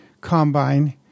combine